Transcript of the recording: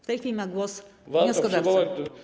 W tej chwili ma głos wnioskodawca.